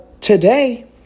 today